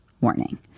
warning